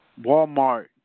Walmart